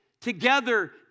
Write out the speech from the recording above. together